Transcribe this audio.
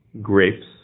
grapes